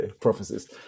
prophecies